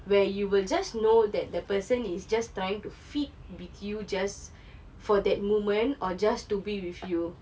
where you will just know that the person is just trying to feed with you just for that moment or just to be with you